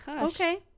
Okay